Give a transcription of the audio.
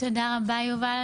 תודה רבה, יובל.